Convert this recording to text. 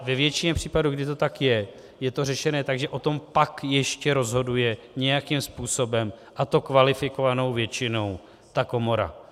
Ve většině případů, kdy to tak je, je to řešené tak, že o tom pak ještě rozhoduje nějakým způsobem, a to kvalifikovanou většinou, ta komora.